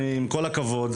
עם כל הכבוד,